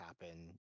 happen